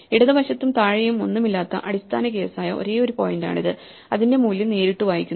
ഇടത് വശത്തും താഴെയും ഒന്നുമില്ലാത്ത അടിസ്ഥാന കേസായ ഒരേയൊരു പോയിന്റാണിത് അതിന്റെ മൂല്യം നേരിട്ട് വായിക്കുന്നു